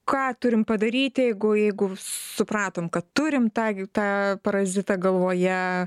ką turim padaryt jeigu jeigu supratom kad turim tą tą parazitą galvoje